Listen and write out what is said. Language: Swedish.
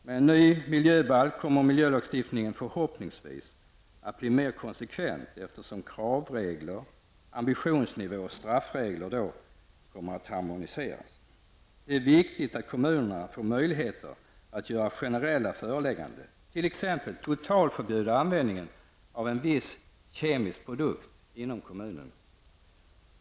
Med en ny miljöbalk kommer miljölagstiftningen förhoppningsvis att bli mer konsekvent, eftersom kravregler, ambitionsnivå och straffregler då kommer att harmoniseras. Det är viktigt att kommunerna får möjligheter att göra generella förelägganden, t.ex. totalförbjuda användningen av en viss kemisk produkt inom kommunen.